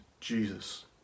Jesus